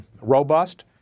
robust